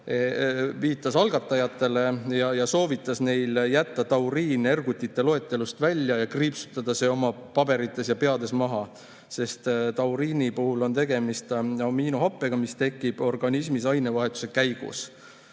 Vassiljev algatajatel jätta tauriin ergutite loetelust välja ja kriipsutada see oma paberites ja peades maha, sest tauriini puhul on tegemist aminohappega, mis tekib organismis ainevahetuse käigus.